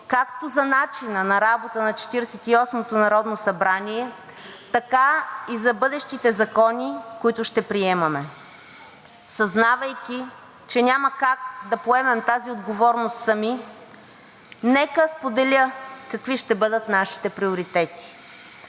както за начина на работа на Четиридесет и осмото народно събрание, така и за бъдещите закони, които ще приемаме. Съзнавайки, че няма как да поемем тази отговорност сами, нека споделя какви ще бъдат нашите приоритети.